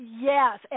Yes